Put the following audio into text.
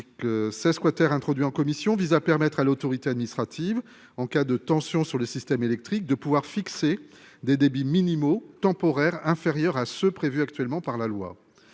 là sa squatter introduit en commission vise à permettre à l'autorité administrative en cas de tensions sur le système électrique de pouvoir fixer des débits minimaux temporaire inférieurs à ceux prévus actuellement par la loi,